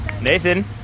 Nathan